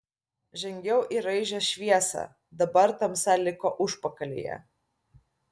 žengiau į raižią šviesą dabar tamsa liko užpakalyje